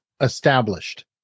established